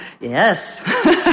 Yes